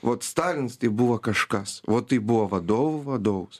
vat stalins tai buvo kažkas vat tai buvo vadovų vadovs